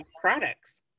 products